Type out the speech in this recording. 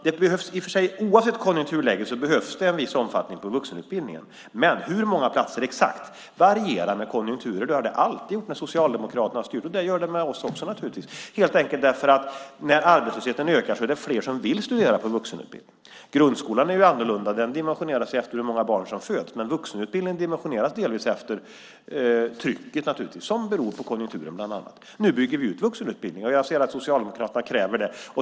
Det behövs oavsett konjunkturläge en viss omfattning på vuxenutbildningen, men hur många platser exakt det ska vara varierar med konjunkturen. Så har det alltid varit. Så var det under Socialdemokraternas tid i regering, och så är det naturligtvis också nu. När arbetslösheten ökar är det fler som vill studera på vuxenutbildningen. Grundskolan är annorlunda. Den dimensioneras efter hur många barn som föds, men vuxenutbildningen dimensioneras delvis efter trycket, som beror på bland annat konjunkturen. Nu bygger vi ut vuxenutbildningen. Jag ser att Socialdemokraterna kräver det.